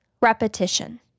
Repetition